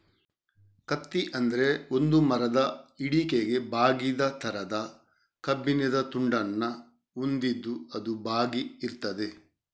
ಕತ್ತಿ ಅಂದ್ರೆ ಒಂದು ಮರದ ಹಿಡಿಕೆಗೆ ಬಾಗಿದ ತರದ ಕಬ್ಬಿಣದ ತುಂಡನ್ನ ಹೊಂದಿದ್ದು ಅದು ಬಾಗಿ ಇರ್ತದೆ